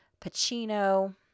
Pacino